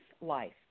life